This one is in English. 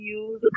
use